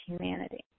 humanity